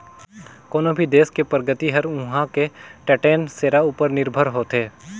कोनो भी देस के परगति हर उहां के टटेन सेरा उपर निरभर होथे